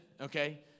Okay